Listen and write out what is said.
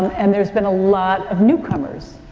and there's been a lot of newcomers.